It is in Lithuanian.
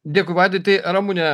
dėkui vaidai tai ramune